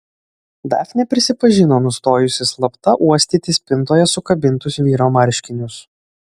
dafnė prisipažino nustojusi slapta uostyti spintoje sukabintus vyro marškinius